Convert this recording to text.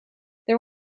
there